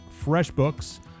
FreshBooks